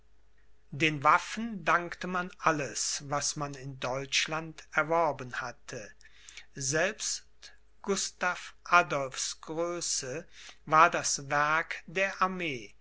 den waffen dankte man alles was man in deutschland erworben hatte selbst gustav adolphs größe war das werk der armee